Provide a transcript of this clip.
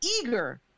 eager